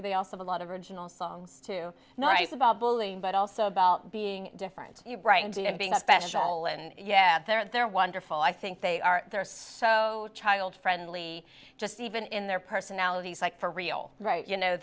but they also have a lot of original songs too nice about bullying but also about being different and being special and yeah they're they're wonderful i think they are they're so child friendly just even in their personalities like for real right you know